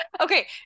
Okay